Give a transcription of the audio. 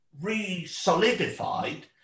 re-solidified